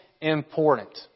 important